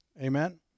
Amen